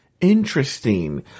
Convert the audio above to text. interesting